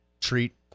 treat